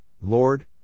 Lord